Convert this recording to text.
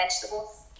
vegetables